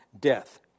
death